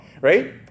right